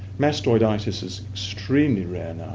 mastoiditis is extremely rare now